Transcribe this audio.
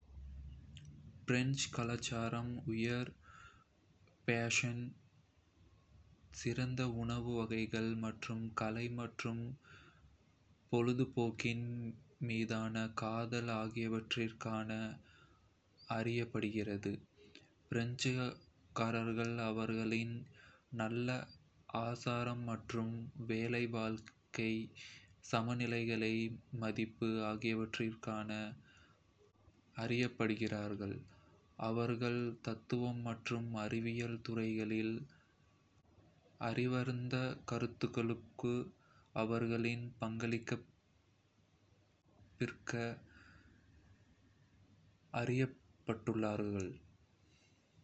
பிரஞ்சு கலாச்சாரம் உயர் ஃபேஷன், சிறந்த உணவு வகைகள் மற்றும் கலை மற்றும் பொழுதுபோக்கின் மீதான காதல் ஆகியவற்றிற்காக அறியப்படுகிறது. பிரெஞ்சுக்காரர்கள் அவர்களின் நல்ல ஆசாரம் மற்றும் வேலை-வாழ்க்கை சமநிலைக்கான மதிப்பு ஆகியவற்றிற்காக அறியப்படுகிறார்கள். அவர்கள் தத்துவம் மற்றும் அறிவியல் துறைகளில் அறிவார்ந்த கருத்துக்களுக்கு அவர்களின் பங்களிப்பிற்காக அறியப்படுகிறார்கள்.